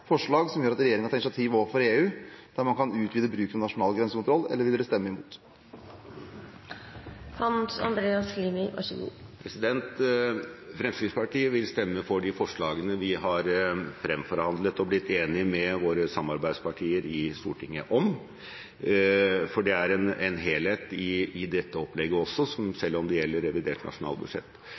forslag som gjør at regjeringen tar initiativ overfor EU der man kan utvide bruken av nasjonal grensekontroll, eller vil de stemme imot? Fremskrittspartiet vil stemme for de forslagene vi har fremforhandlet og blitt enige med våre samarbeidspartier i Stortinget om. For det er en helhet i dette opplegget også, selv om det gjelder revidert nasjonalbudsjett.